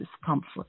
discomfort